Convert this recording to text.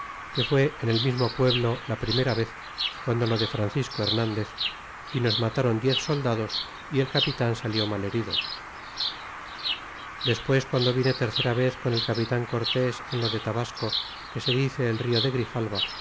que fué en el mismo pueblo la primera vez guando lo de francisco hernandez y nos matáron diez soldados y el capitan salió mal herido despues guando vine tercera vez con el capitan cortés en lo de tabasco que se dice el rio de grijalva